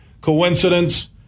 Coincidence